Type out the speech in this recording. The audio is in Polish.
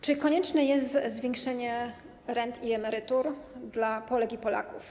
Czy konieczne jest zwiększenie wysokości rent i emerytur dla Polek i Polaków?